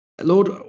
Lord